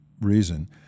reason